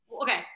Okay